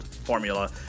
formula